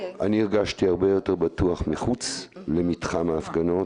אני הרגשתי הרבה יותר בטוח מחוץ למתחם ההפגנות